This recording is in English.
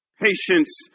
Patience